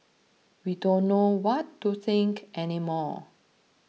we don't know what to think any more